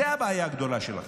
זו הבעיה הגדולה שלכם.